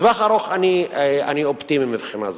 לטווח ארוך אני אופטימי מבחינה זו.